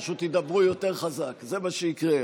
פשוט ידברו יותר חזק, זה מה שיקרה.